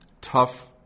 Tough